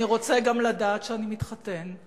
אני רוצה גם לדעת שאני מתחתן.